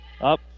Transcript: Up